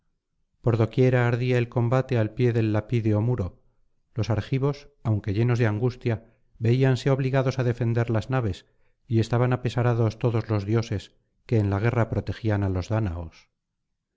por doquiera ardía el combate al pie del lapídeo muro los argivos aunque llenos de angustia veíanse obligados á defender las naves y estaban apesarados todos los dioses que en la guerra protegían á los dáñaos